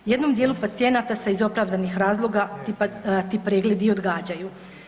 Jednom dijelu pacijenata se iz opravdanih razloga ti pregledi odgađaju.